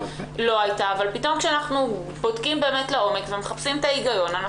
כשאנחנו בודקים לעומק ומחפשים את ההיגיון,